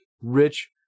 rich